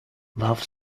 love